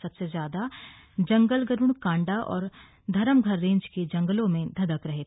सबसे ज्यादा जंगल गरुड़ कांडा और धरमघर रेंज के जंगलों धधक रहे हैं